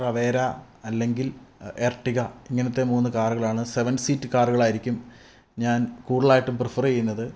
Tavera അല്ലങ്കിൽ Ertiga ഇങ്ങനത്തെ മൂന്ന് കാറുകളാണ് സെവൻ സീറ്റ് കാറുകളായിരിക്കും ഞാൻ കൂടുതലായിട്ടും പ്രിഫർ ചെയ്യുന്നത്